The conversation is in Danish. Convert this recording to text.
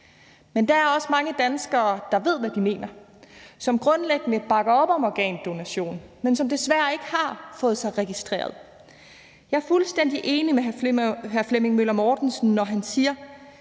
Men der er også mange danskere, der ved, hvad de mener, og som grundlæggende bakker op om organdonation, men som desværre ikke har fået sig registreret. Jeg er fuldstændig enig med hr. Flemming Møller Mortensen, når han siger,